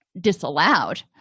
disallowed